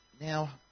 Now